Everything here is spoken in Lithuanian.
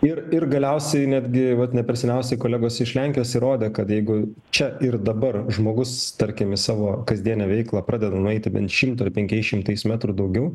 ir ir galiausiai netgi vat ne per seniausia kolegos iš lenkijos įrodė kad jeigu čia ir dabar žmogus tarkim į savo kasdienę veiklą pradeda nueiti bent šimtą ar penkiais šimtais metrų daugiau